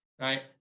right